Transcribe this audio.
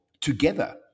together